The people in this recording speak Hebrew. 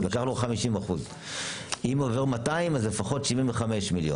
לקחנו 50%. אם עובר 200 אז לפחות 75 מיליון,